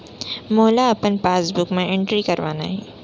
मोला अपन पासबुक म एंट्री करवाना हे?